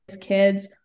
kids